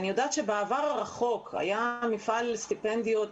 אני יודעת שבעבר הרחוק היה מפעל לסטיפנדיות.